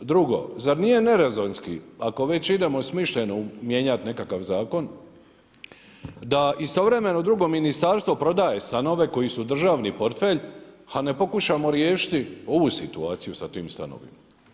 Drugo, zar nije rezonski, ako već idemo smišljeno mijenjat nekakav zakon, da istovremeno drugo ministarstvo prodaje stanove koji su državni portfelj, a ne pokušamo riješiti ovu situaciju sa tim stanovima.